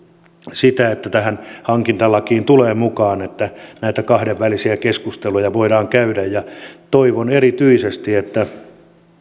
sitä että tähän hankintalakiin tulee mukaan että näitä kahdenvälisiä keskusteluja voidaan käydä ja toivon erityisesti että